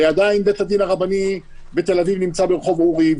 עדיין בית הדין הרבני בתל אביב נמצא ברחוב אורי,